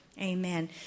Amen